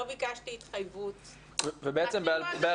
לא ביקשתי התחייבות ואפילו לא ביקשתי כסף.